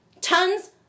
Tons